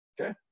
Okay